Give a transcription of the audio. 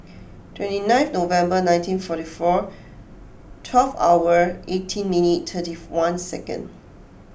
twenty nineth November nineteen forty four twelve hour eighteen minute thirty one second